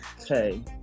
Okay